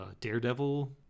Daredevil